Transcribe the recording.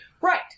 Right